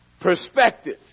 perspective